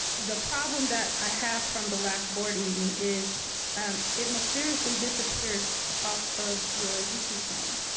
the problem that i have from the last board meeting is it mysteriously disappeared off of your youtube channel.